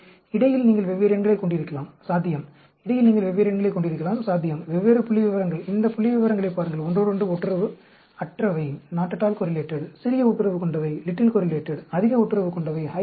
எனவே இடையில் நீங்கள் வெவ்வேறு எண்களைக் கொண்டிருக்கலாம் சாத்தியம் இடையில் நீங்கள் வெவ்வேறு எண்களைக் கொண்டிருக்கலாம் சாத்தியம் வெவ்வேறு புள்ளிவிவரங்கள் இந்த புள்ளிவிவரங்களைப் பாருங்கள் ஒன்றோடொன்று ஒட்டுறவு அற்றவை சிறிய ஒட்டுறவு கொண்டவை அதிக ஒட்டுறவு கொண்டவை